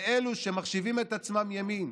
ואלו שמחשיבים את עצמם ימין,